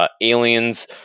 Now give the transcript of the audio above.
Aliens